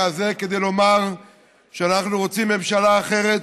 הזה כדי לומר שאנחנו רוצים ממשלה אחרת,